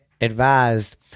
advised